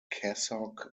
cassock